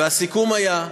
והסיכום היה,